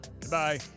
goodbye